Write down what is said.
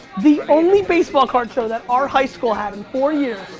the only baseball card show that our high school had in four years.